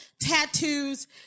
tattoos